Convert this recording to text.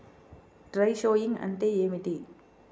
Dry sowing అంటే ఏమిటి?